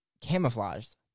camouflaged